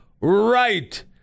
Right